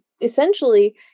essentially